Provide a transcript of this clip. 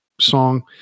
song